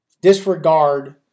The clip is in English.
disregard